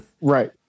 Right